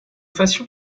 fassions